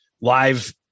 live